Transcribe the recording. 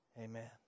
Amen